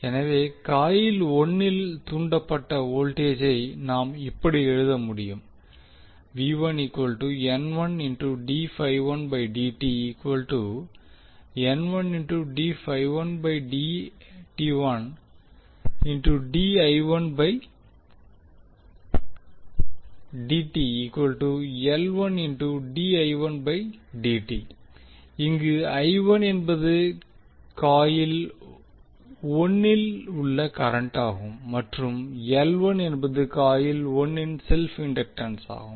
எனவே காயில் 1 இல் தூண்டப்பட்ட வோல்ட்டேஜை நாம் இப்படி எழுத முடியும் இங்கு என்பது காயில் 1 இல் உள்ள கரண்டாகும் மற்றும் என்பது காயில் 1 இன் செல்ப் இண்டக்டன்சாகும்